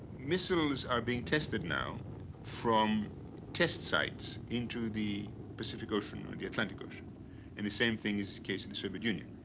missiles are being tested now from test sites into the pacific ocean or the atlantic ocean and the same thing is the case in the soviet union.